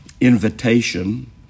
invitation